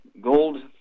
Gold